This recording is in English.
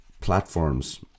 platforms